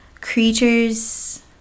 creatures